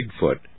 Bigfoot